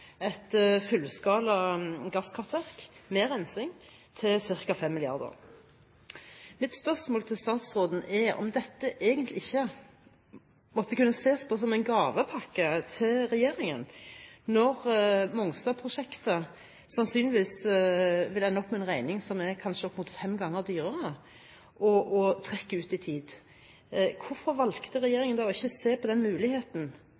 et fullskala gasskraftverk med rensing til ca. 5 mrd. kr. Mitt spørsmål til statsråden er om dette egentlig ikke måtte kunne ses på som en gavepakke til regjeringen, når Mongstad-prosjektet sannsynligvis vil ende opp med en regning som kanskje er opp mot fem ganger dyrere, og vil trekke ut i tid. Hvorfor valgte ikke regjeringen å se på den muligheten